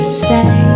say